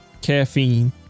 Caffeine